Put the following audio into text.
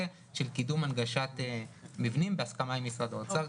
של קידום הנגשת מבנים בהסכמה עם משרד האוצר כבר בתקציב הבא.